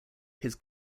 his